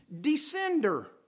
descender